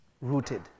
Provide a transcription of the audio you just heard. rooted